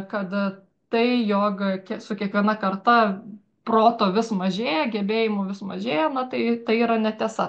kad tai jog ke su kiekviena karta proto vis mažėja gebėjimų vis mažėja na tai tai yra netiesa